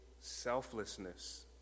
selflessness